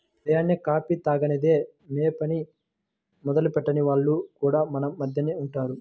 ఉదయాన్నే కాఫీ తాగనిదె యే పని మొదలెట్టని వాళ్లు కూడా మన మద్దెనే ఉంటారు